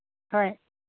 ꯍꯣꯏ